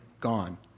gone